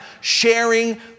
sharing